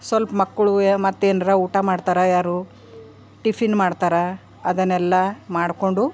ಸ್ವಲ್ಪ ಮಕ್ಕಳು ಯ ಮತ್ತೇನ್ರ ಊಟ ಮಾಡ್ತಾರೆ ಯಾರು ಟಿಫಿನ್ ಮಾಡ್ತಾರೆ ಅದನ್ನೆಲ್ಲ ಮಾಡಿಕೊಂಡು